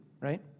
right